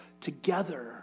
together